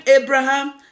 Abraham